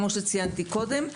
כמו שציינתי קודם.